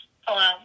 Hello